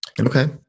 Okay